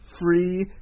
free